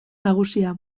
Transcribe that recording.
nagusia